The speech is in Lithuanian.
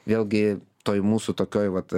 vėlgi toj mūsų tokioj vat